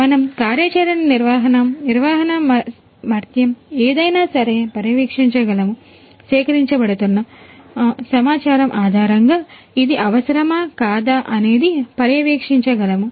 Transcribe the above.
మనము కార్యాచరణ నిర్వహణనిర్వహణ మర్థ్యం ఏదైనా సరే పర్యవేక్షించగలము సేకరించబడుతున్న సమాచారము ఆధారంగా ఇది అవసరమా కాదా అనేది పర్యవేక్షించగలము